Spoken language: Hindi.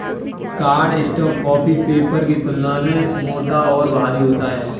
कार्डस्टॉक कॉपी पेपर की तुलना में मोटा और भारी होता है